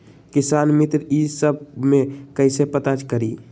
किसान मित्र ई सब मे कईसे पता करी?